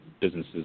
businesses